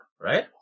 right